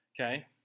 Okay